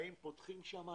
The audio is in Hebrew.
האם פותחים שמיים?